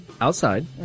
Outside